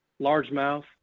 largemouth